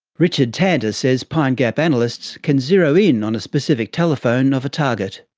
richard tanter says pine gap analysts can zero in on a specific telephone of a target.